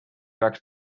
peaks